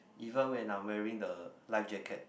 even when I'm wearing the life jacket